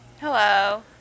Hello